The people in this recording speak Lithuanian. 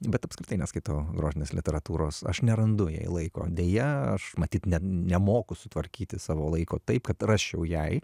bet apskritai neskaitau grožinės literatūros aš nerandu jai laiko deja aš matyt net nemoku sutvarkyti savo laiko taip kad rasčiau jai